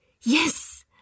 Yes